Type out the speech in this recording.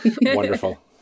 wonderful